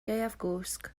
gaeafgwsg